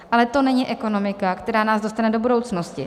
Ale to není ekonomika, která nás dostane do budoucnosti.